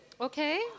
Okay